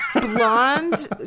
blonde